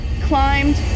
climbed